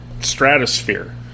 stratosphere